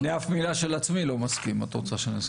יש לי